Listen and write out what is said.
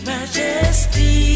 Majesty